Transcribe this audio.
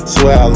Swear